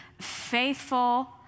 faithful